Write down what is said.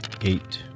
eight